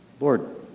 Lord